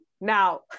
now